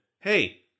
hey